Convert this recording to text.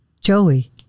Joey